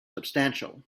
substantial